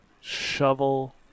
Shovel